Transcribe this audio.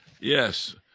Yes